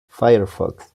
firefox